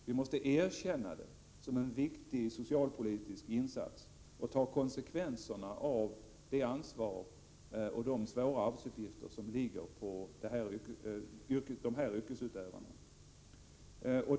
Vi måste erkänna detta arbete som en viktig socialpolitisk insats och ta konsekvenserna av det ansvar och de svåra arbetsuppgifter som ligger på de här yrkesutövarna.